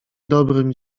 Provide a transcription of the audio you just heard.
dobrym